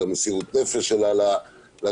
את מסירות הנפש שלה לתפקיד,